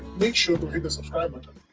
make sure to hit the subscribe button.